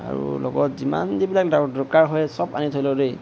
আৰু লগত যিমান যিবিলাক দৰকাৰ হয় চব আনি থৈ লওঁ দেই